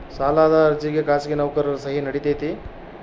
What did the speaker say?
ಸಾಲದ ಅರ್ಜಿಗೆ ಖಾಸಗಿ ನೌಕರರ ಸಹಿ ನಡಿತೈತಿ?